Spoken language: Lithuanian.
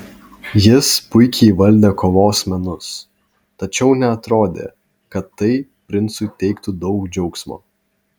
jis puikiai įvaldė kovos menus tačiau neatrodė kad tai princui teiktų daug džiaugsmo